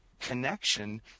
connection